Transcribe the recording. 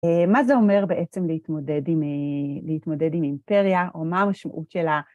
מה זה אומר בעצם להתמודד עם אימפריה, או מה המשמעות שלה?